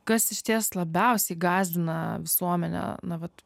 kas išties labiausiai gąsdina visuomenę na vat